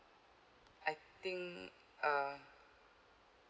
I think uh